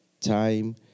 Time